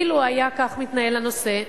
אילו היה כך מתנהל הנושא,